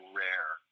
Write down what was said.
rare